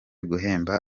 guhemba